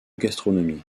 gastronomie